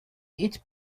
eat